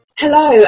Hello